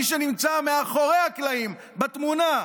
מי שנמצא מאחורי הקלעים בתמונה,